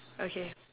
okay